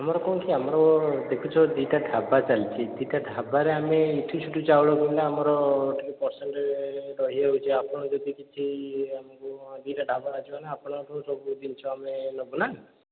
ଆମର କ'ଣ କି ଆମର ଦେଖୁଛ ଦୁଇଟା ଢାବା ଚାଲିଛି ଦୁଇଟା ଢାବାରେ ଆମେ ଏଇଠୁ ସେଇଠୁ ଚାଉଳ କିଣିଲେ ଆମର ଟିକେ ପରସେଣ୍ଟ୍ ରହିଯାଉଛି ଆପଣ ଯଦି କିଛି ଆମକୁ ଦୁଇଟା ଢାବା ଅଛି ମାନେ ଆପଣଙ୍କଠୁ ସବୁ ଜିନିଷ ଆମେ ନେବୁ ନା